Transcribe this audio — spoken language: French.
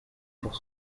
pour